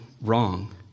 wrong